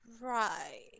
Right